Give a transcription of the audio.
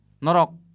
Norok